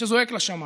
שזועק לשמיים.